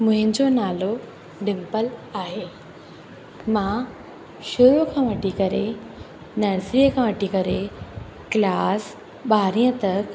मुंहिंजो नालो डिंपल आहे मां शुरू खां वठी करे नर्सरीअ खां वठी करे क्लास ॿारहें तक